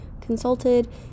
consulted